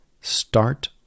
Start